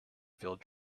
field